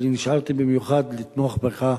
אני נשארתי במיוחד לתמוך בך,